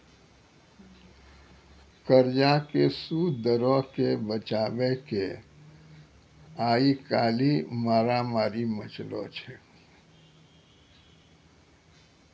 कर्जा के सूद दरो के बचाबै के आइ काल्हि मारामारी मचलो छै